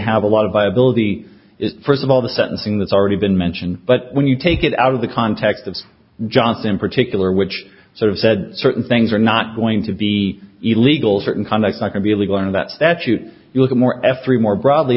have a lot of viability first of all the sentencing that's already been mentioned but when you take it out of the context of johnson in particular which sort of said certain things are not going to be illegal certain conduct i can really learn about that you will get more f three more broadly